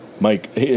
Mike